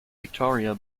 victoria